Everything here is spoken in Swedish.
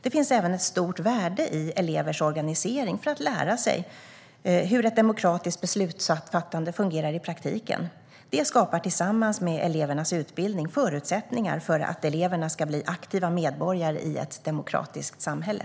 Det finns även ett stort värde i elevers organisering för att lära sig hur ett demokratiskt beslutsfattande fungerar i praktiken. Det skapar tillsammans med elevernas utbildning förutsättningar för att eleverna ska bli aktiva medborgare i ett demokratiskt samhälle.